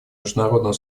международного